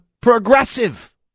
progressive